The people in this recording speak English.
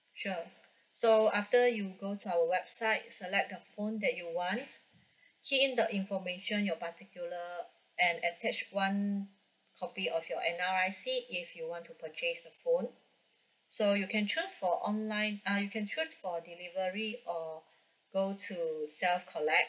sure so after you go to our website select a phone that you want key in the information your particular and attach one copy of your N_R_I_C if you want to purchase the phone so you can choose for online uh you can choose for delivery or go to self collect